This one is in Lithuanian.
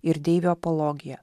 ir deivių apologija